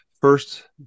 first